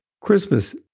Christmas